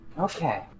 Okay